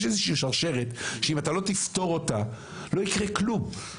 יש איזה שהיא שרשרת שאם אתה לא תפתור אותה לא יקרה כלום.